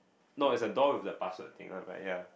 no is the door with the password thing one right ya